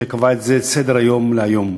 שקבע את זה לסדר-היום להיום.